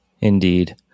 indeed